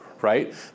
right